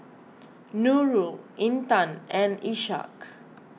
Nurul Intan and Ishak